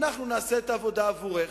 אנחנו נעשה את העבודה עבורך.